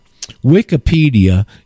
Wikipedia